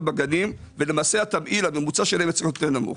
בגנים ולמעשה התמהיל הממוצע שלהן צריך להיות יותר נמוך.